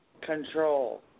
control